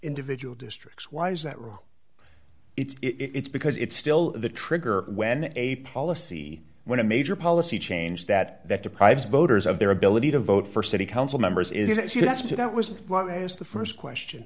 individual districts why is that wrong it's it's because it's still the trigger when a policy when a major policy change that that deprives voters of their ability to vote for city council members is yes to that was the st question